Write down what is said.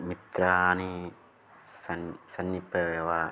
मित्राणां सन् समीपे एव